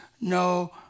no